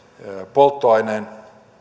polttoaineen